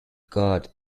god